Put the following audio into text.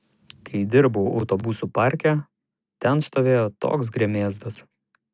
kai dirbau autobusų parke ten stovėjo toks gremėzdas